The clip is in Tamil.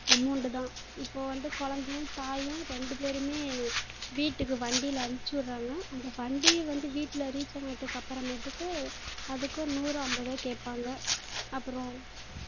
அமௌண்ட்டு தான் இப்போ வந்து குழந்தையும் தாயும் ரெண்டு பேரும் வீட்டுக்கு வண்டியில் அனுப்பிச்சிவுட்றாங்க அந்த வண்டியை வந்து வீட்டில் ரீச் ஆனாதுக்கு அப்புறமேட்டுக்கு அதுக்கும் நூறோ ஐம்பதோ கேட்பாங்க அப்புறம்